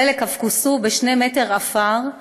חלק אף כוסו בשני מטר עפר,